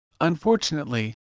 Unfortunately